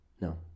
No